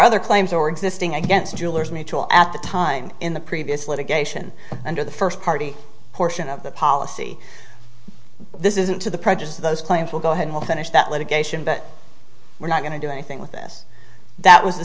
other claims or existing against jewellers mutual at the time in the previous litigation under the first party portion of the policy this isn't to the prejudice of those claims will go ahead we'll finish that litigation but we're not going to do anything with this that was the